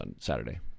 Saturday